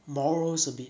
morals a bit